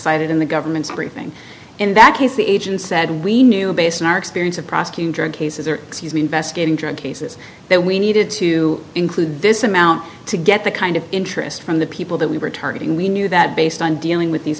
cited in the government's briefing in that case the agency said we knew based on our experience of prosecutor cases or excuse me investigating drug cases that we needed to include this amount to get the kind of interest from the people that we were targeting we knew that based on dealing with these